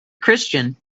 kristen